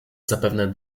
zapewne